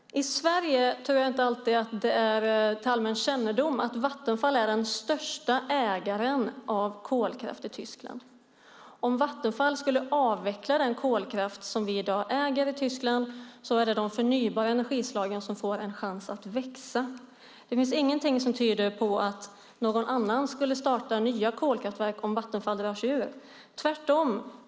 Jag tror inte att det är allmänt känt i Sverige att Vattenfall är den största ägaren av kolkraft i Tyskland. Om Vattenfall skulle avveckla den kolkraft som man i dag äger i Tyskland är det de förnybara energislagen som får en chans att växa. Det finns ingenting som tyder på att någon annan skulle starta nya kolkraftverk om Vattenfall drar sig ur - tvärtom.